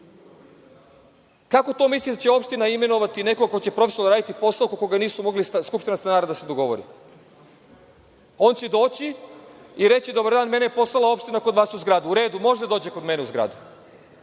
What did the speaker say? Kako to mislite da će opština imenovati nekog ko će profesionalno raditi posao oko koga nije mogla skupština stanara da se dogovori? On će doći i reći – dobar dan, mene je poslala opština kod vas u zgradu. U redu, može da dođe kod mene u zgradu,